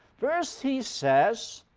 first he says,